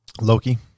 Loki